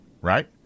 Right